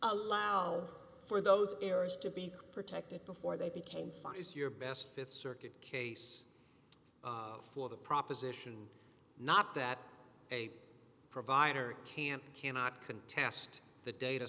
allow for those errors to be protected before they became fights your best th circuit case for the proposition not that a provider can't cannot contest the data